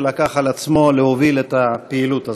שלקח על עצמו להוביל את הפעילות הזאת.